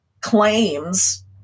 claims